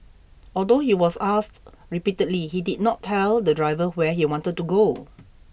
although he was asked repeatedly he did not tell the driver where he wanted to go